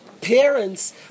Parents